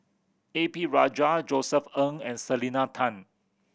A P Rajah Josef Ng and Selena Tan